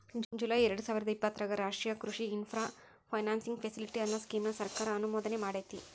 July ಎರ್ಡಸಾವಿರದ ಇಪ್ಪತರಾಗ ರಾಷ್ಟ್ರೇಯ ಕೃಷಿ ಇನ್ಫ್ರಾ ಫೈನಾನ್ಸಿಂಗ್ ಫೆಸಿಲಿಟಿ, ಅನ್ನೋ ಸ್ಕೇಮ್ ನ ಸರ್ಕಾರ ಅನುಮೋದನೆಮಾಡೇತಿ